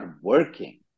working